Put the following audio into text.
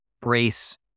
brace